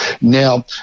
Now